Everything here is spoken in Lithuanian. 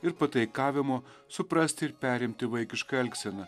ir pataikavimo suprasti ir perimti vaikišką elgseną